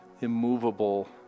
immovable